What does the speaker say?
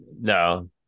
No